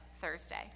Thursday